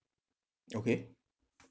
okay